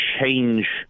change